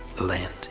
land